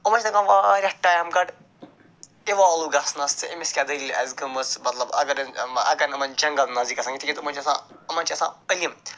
یِمن چھِ لَگان وارِیاہ ٹایِم گۄڈٕ اِوالو گژھنس تہٕ أمِس کیٛاہ دٔلیٖل آسہِ گٲمٕژ مطلب اگر نہٕ اگر نہٕ یِمن جنگل نٔزدیٖک آسان یُتھے یہِ تِمن چھِ آسان یِمن چھِ آسان علم